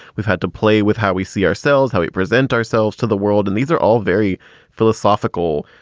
we've had to play with how we see ourselves, how we present ourselves to the world. and these are all very philosophical,